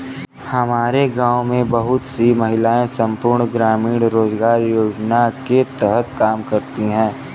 हमारे गांव में बहुत सी महिलाएं संपूर्ण ग्रामीण रोजगार योजना के तहत काम करती हैं